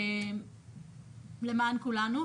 למען כולנו,